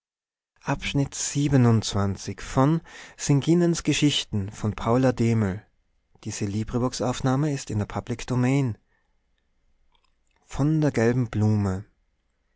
von der gelben blume